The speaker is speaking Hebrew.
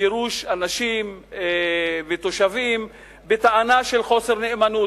גירוש אנשים ותושבים בטענה של חוסר נאמנות,